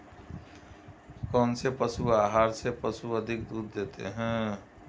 कौनसे पशु आहार से पशु अधिक दूध देते हैं?